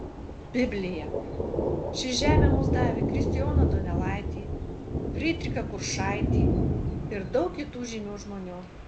biblija ši žemė mums davė kristijoną donelaitį frydrichą kuršaitį ir daug kitų žymių žmonių